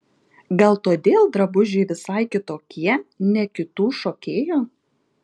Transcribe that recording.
gal todėl drabužiai visai kitokie ne kitų šokėjų